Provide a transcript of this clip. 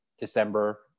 December